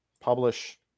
Publish